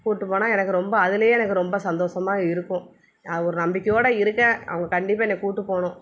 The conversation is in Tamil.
கூட்டி போனால் எனக்கு ரொம்ப அதிலேயே எனக்கு ரொம்ப சந்தோஷமாக இருக்கும் அது ஒரு நம்பிக்கையோடு இருக்கேன் அவங்க கண்டிப்பாக என்னையை கூட்டி போகணும்